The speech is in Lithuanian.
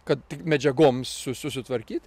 kad tik medžiagoms susitvarkyt